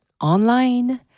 online